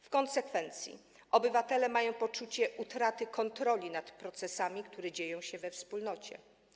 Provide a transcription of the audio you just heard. W konsekwencji obywatele mają poczucie utraty kontroli nad procesami, które dzieją się we Wspólnocie.